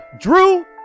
Drew